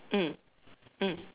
mm mm